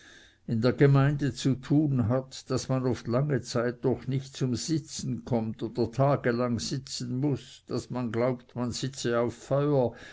in der gemeinde zu tun hat daß man oft lange zeit durch nicht zum sitzen kommt oder tagelang sitzen muß daß man glaubt man sitze auf feuer